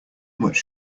much